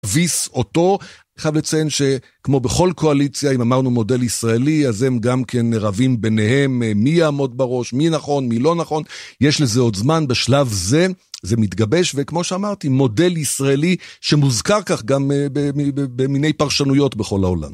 הביס אותו. חייב לציין שכמו בכל קואליציה, אם אמרנו מודל ישראלי, אז הם גם כן רבים ביניהם מי יעמוד בראש, מי נכון, מי לא נכון. יש לזה עוד זמן, בשלב זה, זה מתגבש וכמו שאמרתי, מודל ישראלי שמוזכר כך גם במיני פרשנויות בכל העולם.